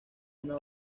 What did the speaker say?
una